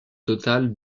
total